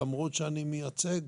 למרות שאני מייצג